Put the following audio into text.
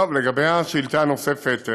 טוב, לגבי השאילתה הנוספת,